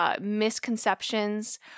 misconceptions